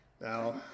Now